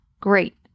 Great